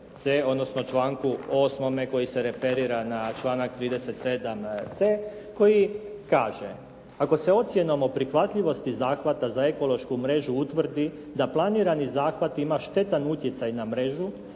odnosno članku 8. koji se referira na članak 37c. koji kaže: "Ako se ocjenom o prihvatljivosti zahvata za ekološku mrežu utvrdi da planirani zahvat ima štetan utjecaj na mrežu